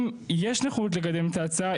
אם יש נכונות לקדם את ההצעה,